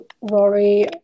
Rory